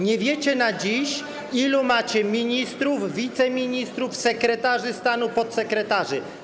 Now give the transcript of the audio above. Nie wiecie dziś, ilu macie ministrów, wiceministrów, sekretarzy stanu, podsekretarzy.